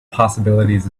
possibilities